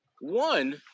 One